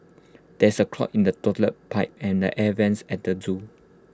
there is A clog in the Toilet Pipe and the air Vents at the Zoo